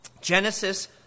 Genesis